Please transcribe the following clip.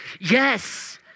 Yes